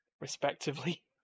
Respectively